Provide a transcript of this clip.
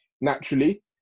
naturally